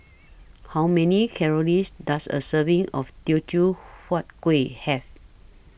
How Many Calories Does A Serving of Teochew Huat Kuih Have